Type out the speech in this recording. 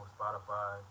Spotify